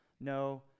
No